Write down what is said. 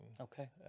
Okay